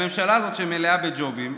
לממשלה הזאת, שמלאה בג'ובים,